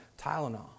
Tylenol